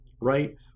right